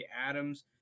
Adams